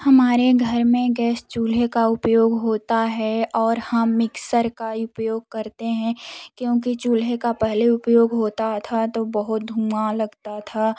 हमारे घर में गैस चूल्हे का उपयोग होता है और हम मिक्सर का उपयोग करते हैं क्योंकि चूल्हे का पहले उपयोग होता था तो बहुत धुआँ लगता था